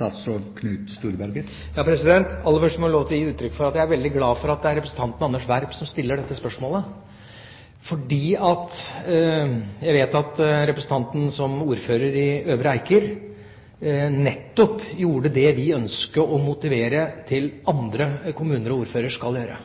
Aller først må jeg få lov til å gi uttrykk for at jeg er veldig glad for at det er representanten Anders Werp som stiller dette spørsmålet, for jeg vet at representanten som ordfører i Øvre Eiker nettopp gjorde det vi ønsker å motivere andre kommuner og ordførere til å gjøre